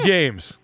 James